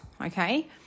Okay